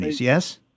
yes